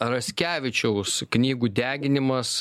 raskevičiaus knygų deginimas